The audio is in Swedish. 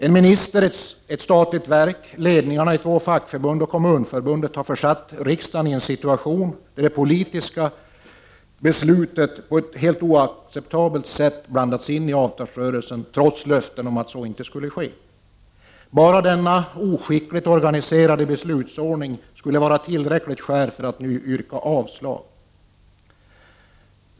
En minister, ett statligt verk, ledningarna i två fackförbund och Kommunförbundet har försatt riksdagen i en situation som innebär att det politiska beslutet på ett helt oacceptabelt sätt blandats in i avtalsrörelsen, trots att löfte getts om att så inte skulle ske. Bara denna oskickligt organiserade beslutsordning skulle vara ett tillräckligt skäl för att nu yrka avslag på utskottets hemställan.